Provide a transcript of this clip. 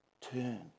turn